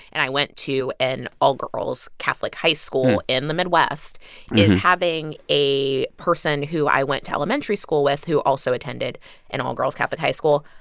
and i went to an all-girls catholic high school in the midwest is having a person who i went to elementary school with, who also attended an all-girls catholic high school,